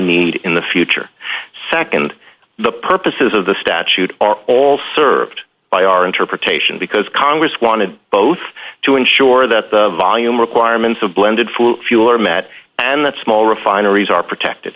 need in the future nd the purposes of the statute are all served by our interpretation because congress wanted both to ensure that the volume requirements of blended food fuel are met and that small refineries are protected